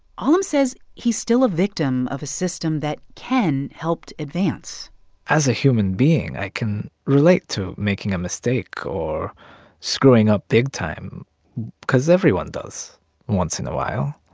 alim says he's still a victim of a system that ken helped advance as a human being, i can relate to making a mistake or screwing up big-time cause everyone does once in a while.